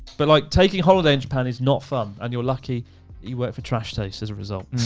but like taking holiday in japan is not fun. and you're lucky you work for trash taste as a result.